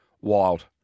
wild